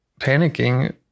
panicking